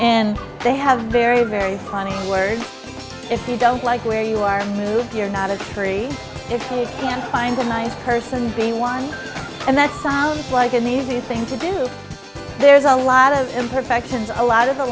and they have very very funny words if you don't like where you are moved you're not a tree if you can't find a nice person day one and that sounds like an easy thing to do there's a lot of imperfections a lot of the